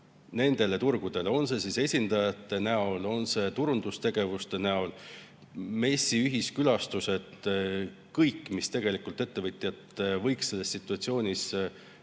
nendele turgudele, on see siis esindajate näol, on see turundustegevuse näol, messide ühiskülastused – kõik, mis tegelikult ettevõtjat võiks selles situatsioonis